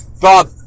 Bob